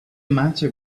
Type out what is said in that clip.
matter